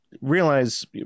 realize